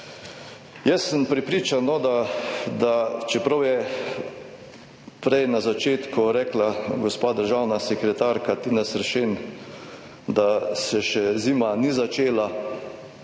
Jaz sem prepričan da, čeprav je prej na začetku rekla gospa državna sekretarka Tina Seršen, da se zima še ni začela.